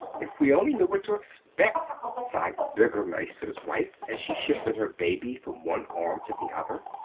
if we only knew what to expect! sighed the burgomeister's wife, as she shifted her baby from one arm to the other.